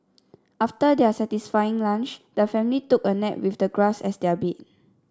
after their satisfying lunch the family took a nap with the grass as their bed